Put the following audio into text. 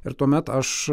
ir tuomet aš